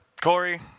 Corey